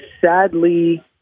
sadly